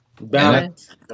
Balance